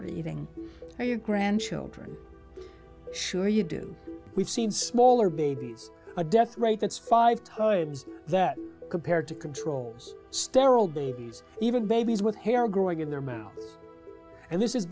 even your grandchildren sure you do we've seen smaller babies a death rate that's five times that compared to control sterile babies even babies with hair growing in their mouth and this has